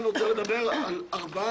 לא,